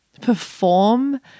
perform